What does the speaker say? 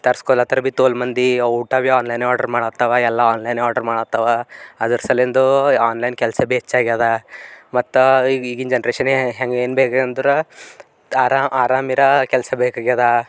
ತರ್ಸಕೊಳತ್ತರ ಭಿ ತೋಲು ಮಂದಿ ಊಟ ಭಿ ಆನ್ಲೈನೇ ಆರ್ಡರ್ ಮಾಡತ್ತಾವ ಎಲ್ಲ ಆನ್ಲೈನೇ ಆರ್ಡರ್ ಮಾಡತ್ತಾವ ಅದರ ಸಲಿಂದು ಆನ್ಲೈನ್ ಕೆಲಸ ಭಿ ಹೆಚ್ಚಾಗ್ಯದ ಮತ್ತು ಈಗಿನ ಜನ್ರೇಷನ್ನೇ ಏನು ಬೇಕು ಅಂದ್ರೆ ಆರಾ ಆರಾಮ ಇರೋ ಕೆಲಸ ಬೇಕಾಗ್ಯದ